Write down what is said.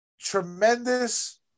tremendous